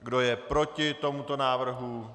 Kdo je proti tomuto návrhu?